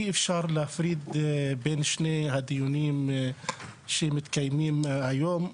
אי אפשר להפריד בין שני הדיונים שמתקיימים היום.